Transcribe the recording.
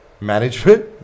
management